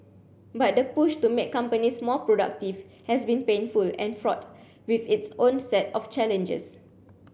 but the push to make companies more productive has been painful and fraught with its own set of challenges